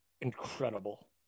incredible